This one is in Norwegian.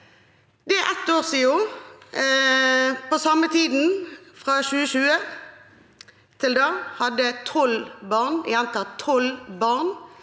Det er ett år siden. På samme tid, fra 2020 til da, hadde tolv barn